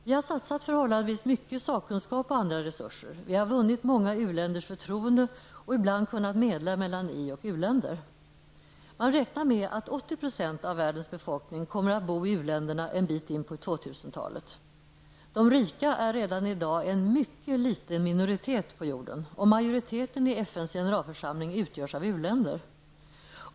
Vi har satsat förhållandevis mycket sakkunskap och andra resurser. Vi har vunnit många u-länders förtroende och ibland kunnat medla mellan i och u-länder. Man räknar med att 80 % av världens befolkning kommer att bo i u-länderna en bit in på 2000-talet. De rika är redan i dag en mycket liten minoritet på jorden, och majoriteten i FNs generalförsamling utgörs av u-länder.